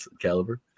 caliber